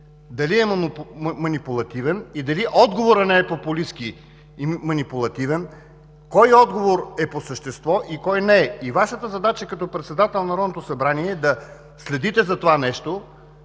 дали е манипулативен и дали отговорът не е популистки или манипулативен, кой отговор е по същество и кой не е. Вашата задача като председател на Народното събрание е да следите за това,